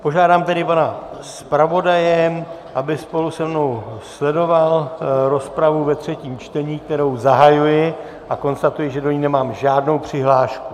Požádám tedy pana zpravodaje, aby spolu se mnou sledoval rozpravu ve třetím čtení, kterou zahajuji, a konstatuji, že do ní nemám žádnou přihlášku.